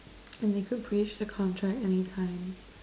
and if you breach the contract anytime